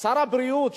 שר הבריאות,